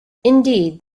indeed